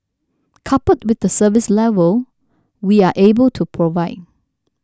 coupled with the service level we are able to provide